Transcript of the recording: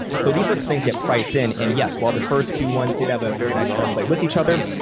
so these sort of things get priced in. and yes, while the first two ones did have a very nice interplay with each other,